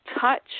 touch